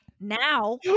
Now